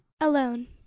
alone